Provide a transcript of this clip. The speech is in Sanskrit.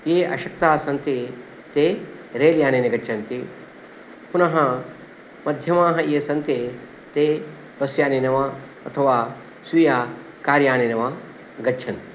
ये अशक्ताः सन्ति ते रेल् यानेन गच्छन्ति पुनः मध्यमाः ये सन्ति ते बस् यानेन वा अथवा स्वीय कार् यानेन वा गच्छन्ति